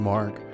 Mark